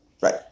right